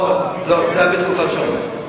לא, זה היה בתקופת שרון.